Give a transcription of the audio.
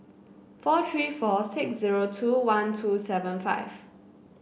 four three four six zero two one two seven five